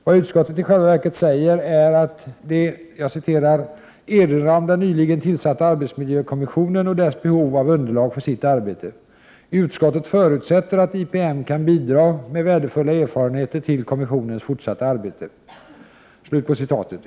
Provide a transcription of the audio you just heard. Vad utskottet i själva verket säger är att det ”erinrar om den nyligen tillsatta arbetsmiljökommissionen och dess behov av underlag för sitt arbete. Utskottet förutsätter att IPM kan bidra med värdefulla erfarenheter till kommissionens fortsatta arbete”.